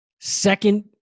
Second